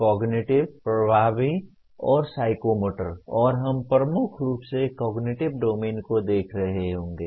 cognitive प्रभावी और psychomotor और हम प्रमुख रूप से कॉगनिटिव डोमेन को देख रहे होंगे